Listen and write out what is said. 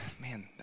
Man